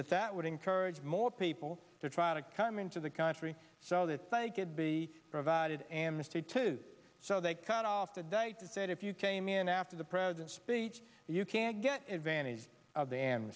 that that would encourage more people to try to come into the country so that they could be provided amnesty to so they cut off the diet and said if you came in after the president's speech you can get advantage of the